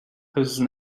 whose